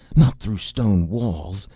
not through stone walls,